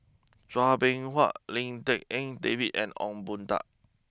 Chua Beng Huat Lim Tik En David and Ong Boon Tat